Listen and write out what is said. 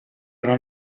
era